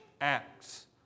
Acts